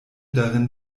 darin